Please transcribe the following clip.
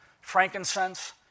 frankincense